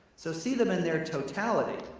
so see them in their totality!